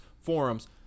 forums